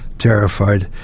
terrified,